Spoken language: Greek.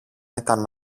ήταν